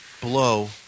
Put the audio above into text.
blow